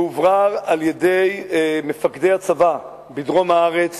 והוברר על-ידי מפקדי הצבא בדרום הארץ